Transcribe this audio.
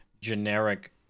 generic